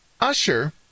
Usher